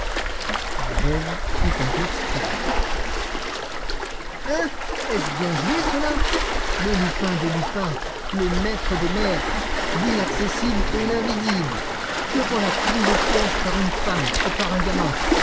la veuve eut un rire strident hein est-ce bien joué cela le lupin des lupins le maître des maîtres l'inaccessible et l'invisible le voilà pris au piège par une femme et par un gamin